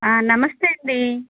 నమస్తే అండి